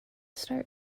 start